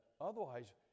Otherwise